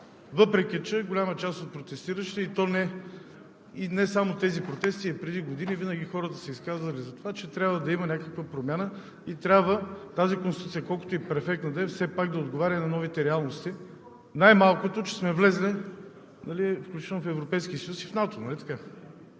въпреки че голяма част от протестиращите, и то не само на тези протести, а и преди години, винаги са се изказвали за това, че трябва да има някаква промяна и тази Конституция, колкото и перфектна да е, трябва все пак да отговаря на новите реалности, най-малкото, че сме влезли в Европейския съюз и в НАТО,